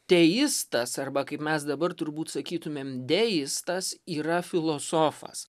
teistas arba kaip mes dabar turbūt sakytumėm deistas yra filosofas